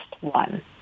one